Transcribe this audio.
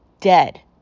dead